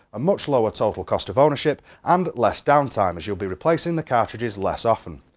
a much lower total cost of ownership, and less downtime, as you'll be replacing the cartridges less often.